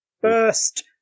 First